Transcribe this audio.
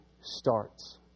starts